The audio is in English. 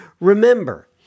Remember